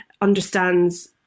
understands